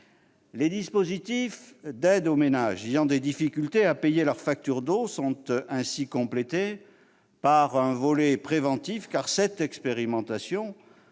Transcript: Les dispositifs d'aide aux ménages ayant des difficultés à payer leurs factures d'eau sont ainsi complétés par un volet préventif, car cette expérimentation